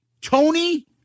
Tony